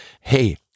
hey